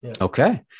Okay